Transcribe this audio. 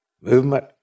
movement